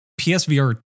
PSVR